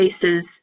cases